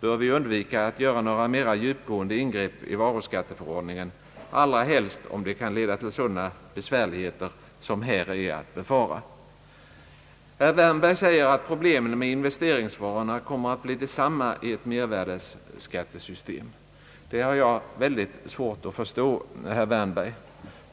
bör vi undvika att göra några mera djupgående ingrepp i varuskatteförordningen, allra helst om de kan leda till sådana besvärligheter som här är att befara. Herr Wärnberg säger att problemen med investeringsvarorna kommer att bli desamma i ett mervärdesystem. Det har jag mycket svårt att förstå, herr Wärnberg.